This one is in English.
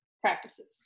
practices